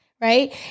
right